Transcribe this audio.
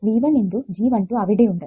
V1 × G12 അവിടെ ഉണ്ട്